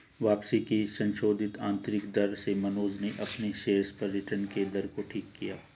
वापसी की संशोधित आंतरिक दर से मनोज ने अपने शेयर्स पर रिटर्न कि दर को ठीक किया है